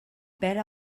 perd